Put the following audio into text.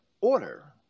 order